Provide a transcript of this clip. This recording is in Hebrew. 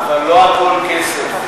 אבל לא הכול כסף.